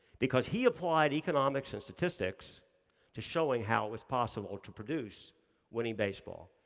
because he applied economics and statistics to showing how it's possible to produce winning baseball.